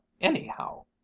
anyhow